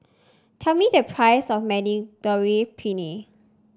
tell me the price of Penne